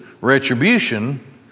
retribution